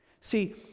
See